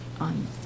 on